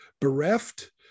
bereft